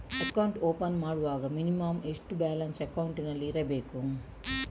Account open ಮಾಡುವಾಗ minimum ಎಷ್ಟು balance ಅಕೌಂಟಿನಲ್ಲಿ ಇರಬೇಕು?